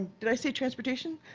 did i say transportation?